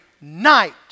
night